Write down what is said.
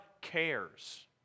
cares